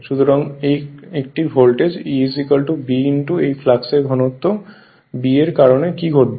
সুতরাং একটি voltage E B এই ফ্লাক্সের ঘনত্ব B এর কারণে কী ঘটবে